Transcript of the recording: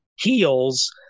heels